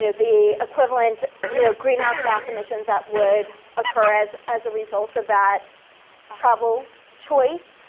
the equivalent you know greenhouse gas emissions that would occur as as a result of that travel choice.